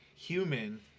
human